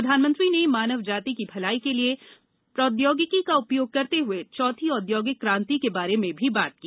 प्रधानमंत्री ने मानव जाति की भलाई के लिए प्रौद्योगिकी का उपयोग करते हुए चौथी औद्योगिक क्रांति के बारे में भी बात की